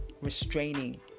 restraining